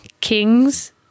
kings